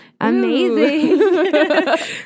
amazing